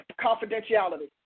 confidentiality